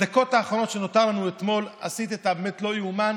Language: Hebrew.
בדקות האחרונות שנותרו לנו אתמול עשית באמת את הלא-יאומן,